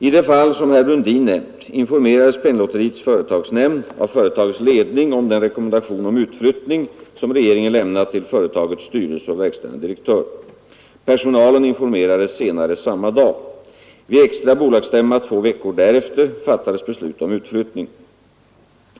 I det fall som herr Brundin nämnt informerades Penninglotteriets företagsnämnd av företagets ledning om den rekommendation om utflyttning som regeringen lämnat till företagets styrelse och verkställande direktör. Personalen informerades senare samma dag. Vid extra bolagsstämma två veckor därefter fattades beslut om utflyttning.